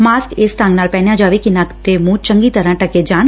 mask ਇਸ ਢੰਗ ਨਾਲ ਪਹਿਨਿਆ ਜਾਵੇ ਕਿ ਨੱਕ ਤੇ ਮੁੰਹ ਚੰਗੀ ਤਰਾਂ ਢੱਕਿਆ ਜਾਵੇ